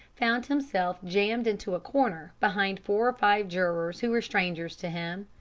found himself jammed into a corner behind four or five jurors who were strangers to him,